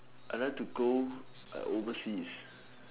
I like to go overseas